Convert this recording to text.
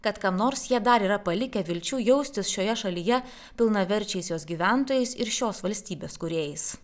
kad kam nors jie dar yra palikę vilčių jaustis šioje šalyje pilnaverčiais jos gyventojais ir šios valstybės kūrėjais